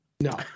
No